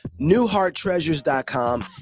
Newhearttreasures.com